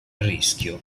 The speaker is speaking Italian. rischio